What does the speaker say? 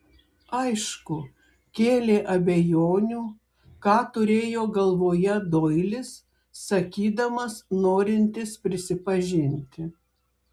aišku kėlė abejonių ką turėjo galvoje doilis sakydamas norintis prisipažinti